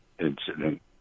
incident